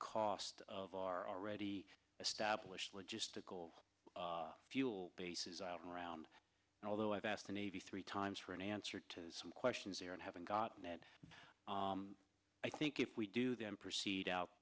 cost of are already established logistical fuel bases out around and although i've asked the navy three times for an answer to some questions here and haven't gotten it i think if we do then proceed out